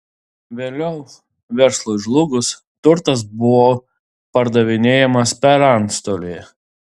vėliau verslui žlugus turtas buvo pardavinėjamas per antstolį